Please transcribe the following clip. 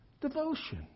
devotion